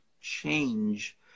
change